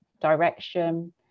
direction